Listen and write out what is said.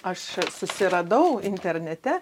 aš susiradau internete